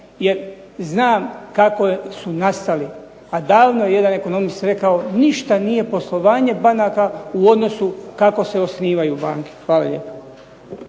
jer znam kako su nastali, a davno je jedan ekonomist rekao. Ništa nije poslovanje banaka u odnosu kako se osnivaju banke. Hvala lijepa.